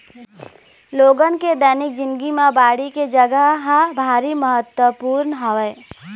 लोगन के दैनिक जिनगी म बाड़ी के जघा ह भारी महत्वपूर्न हवय